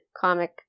comic